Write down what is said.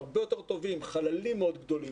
חללים גדולים,